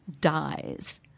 dies